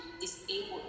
disabled